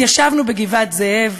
התיישבנו בגבעת-זאב